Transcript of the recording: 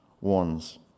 ones